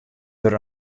dêr